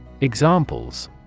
Examples